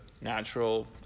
natural